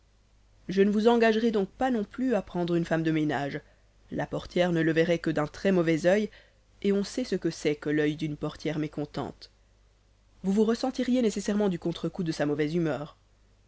je ne vous engagerai donc pas non plus à prendre une femme de ménage la portière ne la verrait que d'un très-mauvais oeil et on sait ce que c'est que l'oeil d'une portière mécontente vous vous ressentiriez nécessairement du contre-coup de sa mauvaise humeur